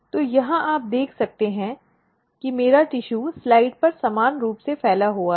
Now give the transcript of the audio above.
तो यहाँ आप देख सकते हैं कि मेरा ऊतक स्लाइड पर समान रूप से फैला हुआ है